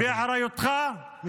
באחריותך --- תודה.